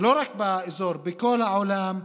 לא רק באזור, בכל העולם.